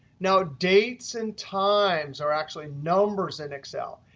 now, dates and times are actually numbers in excel.